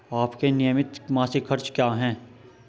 आपके नियमित मासिक खर्च क्या हैं?